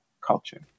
culture